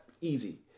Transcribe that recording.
easy